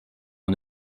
mon